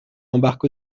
embarque